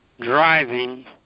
driving